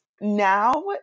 Now